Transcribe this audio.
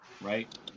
right